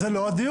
זה לא הדיון,